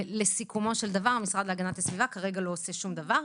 לסיכומו של דבר המשרד להגנת הסביבה כרגע לא עושה שום דבר.